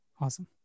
Awesome